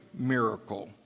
Miracle